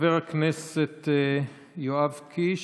חבר הכנסת יואב קיש.